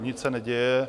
Nic se neděje.